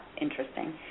interesting